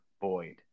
void